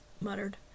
muttered